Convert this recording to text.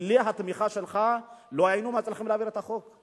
בלי התמיכה שלך, לא היינו מצליחים להעביר את החוק.